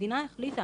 המדינה החליטה